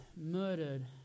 murdered